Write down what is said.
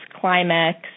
Climax